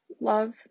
love